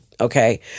Okay